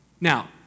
Now